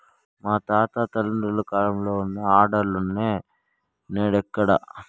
మా తాత తండ్రుల కాలంల మన ఆర్డర్లులున్నై, నేడెక్కడ